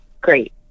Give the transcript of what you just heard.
great